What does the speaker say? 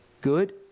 good